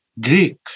Greek